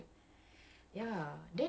ya I'm not shy